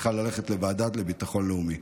צריכה להיות הוועדה לביטחון לאומי.